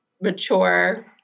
mature